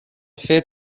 fer